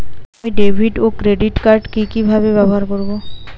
আমি ডেভিড ও credit card কি কিভাবে ব্যবহার করব?